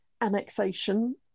annexation